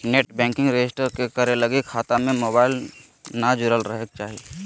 net banking register करे लगी खता में मोबाईल न जुरल रहइ के चाही